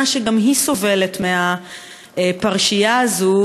שגם היא סובלת במסגרת הפרשייה הזו,